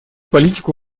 политику